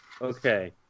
Okay